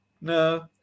no